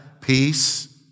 Peace